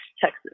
Texas